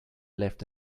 left